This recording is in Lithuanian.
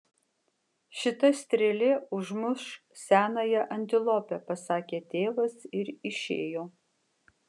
šita strėlė užmuš senąją antilopę pasakė tėvas ir išėjo